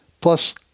plus